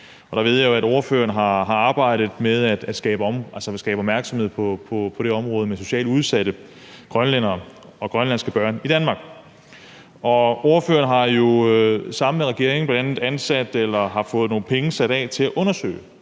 og jeg ved jo, at ordføreren har arbejdet med at skabe opmærksomhed på området socialt udsatte grønlændere og grønlandske børn i Danmark. Ordføreren har jo også sammen med regeringen bl.a. fået afsat nogle penge til at undersøge